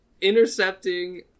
intercepting